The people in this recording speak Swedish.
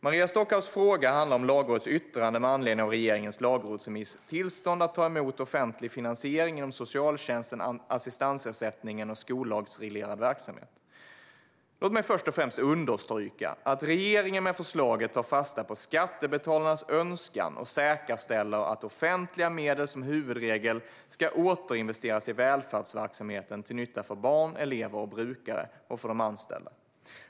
Maria Stockhaus fråga handlar om Lagrådets yttrande med anledning av regeringens lagrådsremiss Tillstånd att ta emot offentlig finansiering inom socialtjänsten, assistansersättningen och skollagsreglerad verksamhet . Låt mig först och främst understryka att regeringen med förslaget tar fasta på skattebetalarnas önskan och säkerställer att offentliga medel som huvudregel ska återinvesteras i välfärdsverksamheten till nytta för barn, elever och brukare och för de anställda.